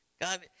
God